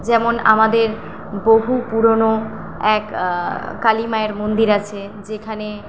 যেমন আমাদের বহু পুরোনো এক কালী মায়ের মন্দির আছে যেখানে